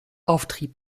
auftrieb